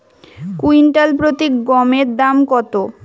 Quintal প্রতি গমের দাম কত?